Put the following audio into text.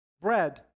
bread